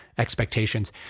Expectations